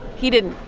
he didn't.